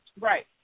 Right